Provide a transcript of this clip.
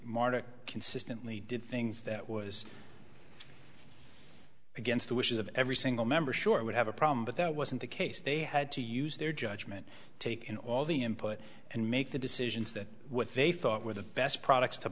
market consistently did things that was against the wishes of every single member short would have a problem but that wasn't the case they had to use their judgment take in all the input and make the decisions that what they thought were the best products to